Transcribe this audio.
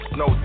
no